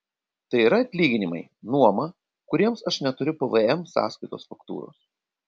tai yra atlyginimai nuoma kuriems aš neturiu pvm sąskaitos faktūros